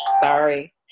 Sorry